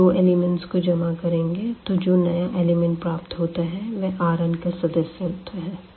जब दो एलिमेंट्स को जमा करेंगे तो जो नया एलिमेंट प्राप्त होता है वह Rnका सदस्य है